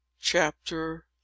Chapter